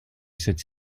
cette